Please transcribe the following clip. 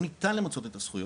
לא ניתן למצות את הזכויות,